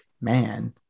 man